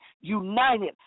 united